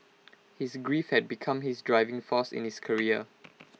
his grief had become his driving force in his career